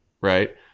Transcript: right